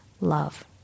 love